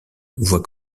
voit